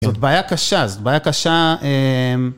זאת בעיה קשה, זאת בעיה קשה.